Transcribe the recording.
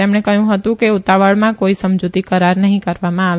તેમણે કહથું હતું કે ઉતાવળમાં કોઇ સમજુતી કરાર નહી કરવામાં આવે